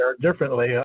differently